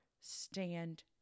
stand